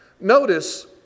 notice